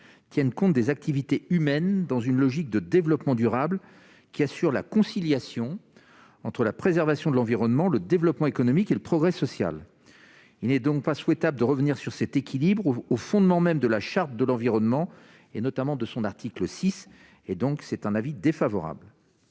tiennent compte des activités humaines dans une logique de développement durable, qui assure la conciliation entre la préservation de l'environnement, le développement économique et le progrès social, il n'est donc pas souhaitable de revenir sur cet équilibre ou au fondement même de la charte de l'environnement et notamment de son article 6 et donc c'est un avis défavorable.